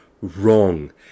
wrong